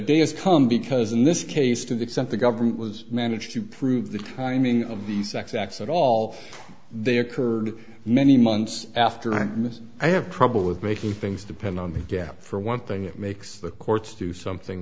day has come because in this case to do something government was managed to prove the timing of the sex acts at all they occurred many months after this i have trouble with making things depend on the gap for one thing it makes the courts do something